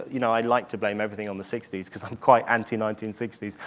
you know, i'd like to blame everything on the sixty s cause i'm quite anti nineteen sixty s,